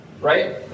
right